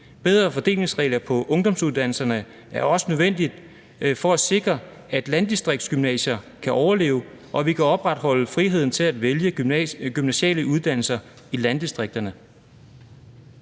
Bedre fordelingsregler på ungdomsuddannelserne er også nødvendige for at sikre, at landdistriktsgymnasierne kan overleve og vi kan opretholde friheden til at vælge gymnasiale uddannelser i landdistrikterne.«